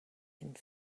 and